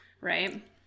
right